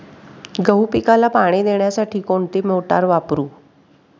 गहू पिकाला पाणी देण्यासाठी कोणती मोटार वापरू?